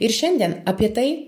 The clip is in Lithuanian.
ir šiandien apie tai